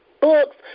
books